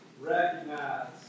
recognize